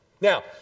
Now